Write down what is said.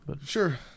sure